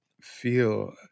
feel